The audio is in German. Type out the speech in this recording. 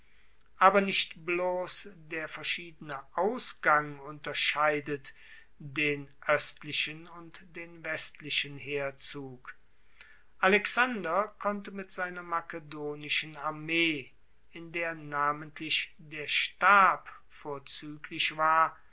aber nicht bloss der verschiedene ausgang unterscheidet den oestlichen und den westlichen heerzug alexander konnte mit seiner makedonischen armee in der namentlich der stab vorzueglich war